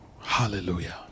Hallelujah